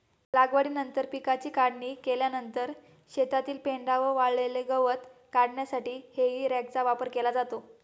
लागवडीनंतर पिकाची काढणी केल्यानंतर शेतातील पेंढा व वाळलेले गवत काढण्यासाठी हेई रॅकचा वापर केला जातो